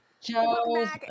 Joe